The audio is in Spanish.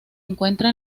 encuentra